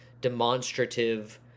demonstrative